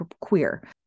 queer